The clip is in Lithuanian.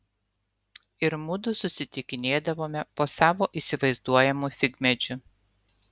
ir mudu susitikinėdavome po savo įsivaizduojamu figmedžiu